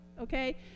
okay